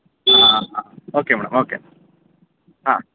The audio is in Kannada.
ಹಾಂ ಹಾಂ ಓಕೆ ಮೇಡಮ್ ಓಕೆ ಹಾಂ